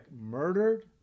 murdered